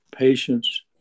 Patients